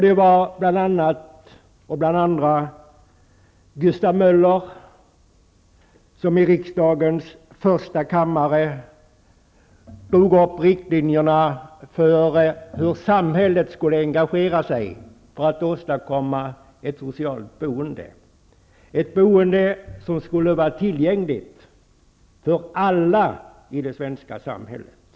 Det var bl.a. Gustav Möller som i riksdagens första kammare drog upp riktlinjerna för hur samhället skulle engagera sig för att åstadkomma ett socialt boende, ett boende som skulle vara tillgängligt för alla i det svenska samhället.